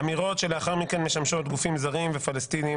אמירות שלאחר מכן משמשות גופים זרים ופלסטיניים